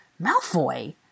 Malfoy